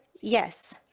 yes